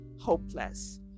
hopeless